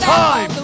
time